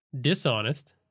dishonest